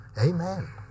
Amen